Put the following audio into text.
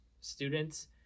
students